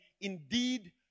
indeed